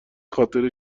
خاطره